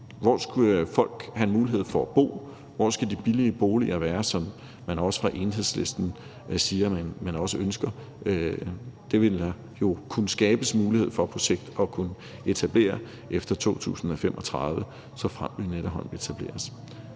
Hvor skal folk have mulighed for at bo? Hvor skal de billige boliger være, som man også fra Enhedslistens side siger at man ønsker? Det ville der jo på sigt kunne skabes mulighed for at etablere efter 2035, såfremt Lynetteholmen etableres.